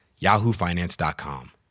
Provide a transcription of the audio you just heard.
YahooFinance.com